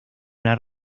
una